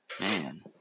man